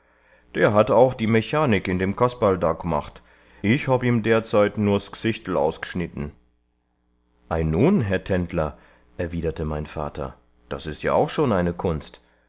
der hat auch die mechanik in dem kasperl da g'macht ich hab ihm derzeit nur s g'sichtl ausgeschnitten ei nun herr tendler erwiderte mein vater das ist ja auch schon eine kunst